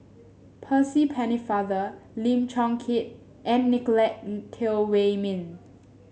Percy Pennefather Lim Chong Keat and Nicolette Teo Wei Min